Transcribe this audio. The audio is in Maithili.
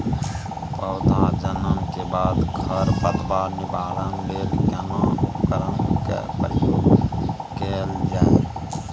पौधा जन्म के बाद खर पतवार निवारण लेल केना उपकरण कय प्रयोग कैल जाय?